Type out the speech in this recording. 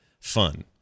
fun